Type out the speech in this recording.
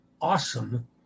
awesome